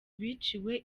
biciwe